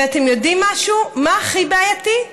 ואתם יודעים משהו, מה הכי בעייתי?